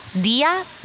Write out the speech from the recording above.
Dia